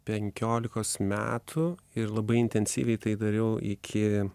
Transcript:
penkiolikos metų ir labai intensyviai tai dariau iki